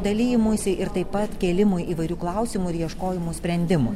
dalijimuisi ir taip pat kėlimui įvairių klausimų ir ieškojimui sprendimų